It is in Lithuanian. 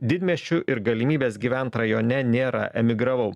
didmiesčiu ir galimybės gyvent rajone nėra emigravau